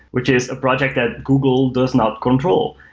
which is a project that google does not control.